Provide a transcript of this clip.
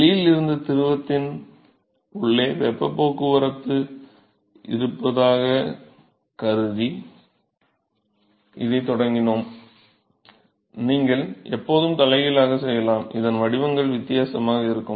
வெளியில் இருந்து திரவத்தின் உள்ளே வெப்பப் போக்குவரத்து இருப்பதாகக் கருதி இதைத் தொடங்கினோம் நீங்கள் எப்போதும் தலைகீழாக செய்யலாம் இதன் வடிவங்கள் வித்தியாசமாக இருக்கும்